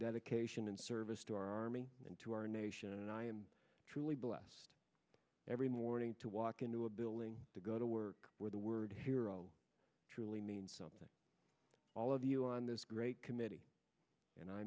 dedication and service to our army and to our nation and i am truly blessed every morning to walk into a building to go to work where the word hero truly means something all of you on this great committee and i